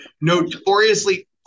notoriously